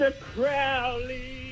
Crowley